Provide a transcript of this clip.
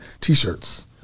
T-shirts